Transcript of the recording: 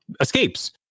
escapes